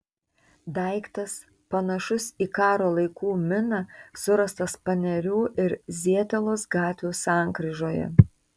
daiktas panašus į karo laikų miną surastas panerių ir zietelos gatvių sankryžoje